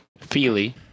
Feely